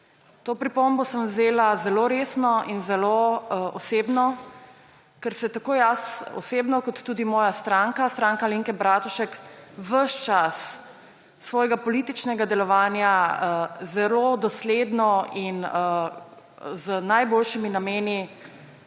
To pripombo sem vzela zelo resno in zelo osebno, ker se tako jaz osebno kot tudi moja stranka, Stranka Alenke Bratušek, ves čas svojega političnega delovanja zelo dosledno in z najboljšimi nameni